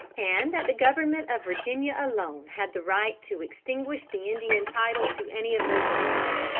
and that the government of virginia alone had the right to extinguish the indian title to any of those lands.